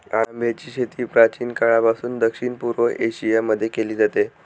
आंब्याची शेती प्राचीन काळापासून दक्षिण पूर्व एशिया मध्ये केली जाते